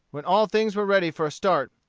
when all things were ready for a start,